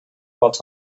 what